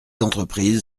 entreprises